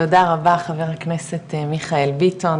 תודה רבה חבר הכנסת מיכאל ביטון,